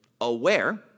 aware